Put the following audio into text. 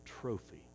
trophy